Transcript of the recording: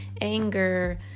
anger